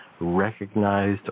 recognized